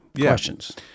questions